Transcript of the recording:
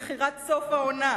במחירי התאבדות,